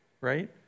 right